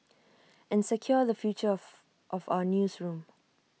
and secure the future of of our newsroom